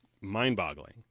mind-boggling